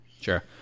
Sure